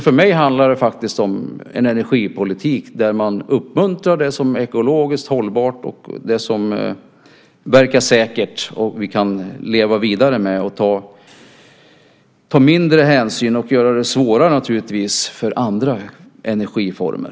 För mig handlar det faktiskt om en energipolitik där man uppmuntrar det som är ekologiskt hållbart och verkar säkert, något vi kan leva vidare med, och där man tar mindre hänsyn till och naturligtvis gör det svårare för andra energiformer.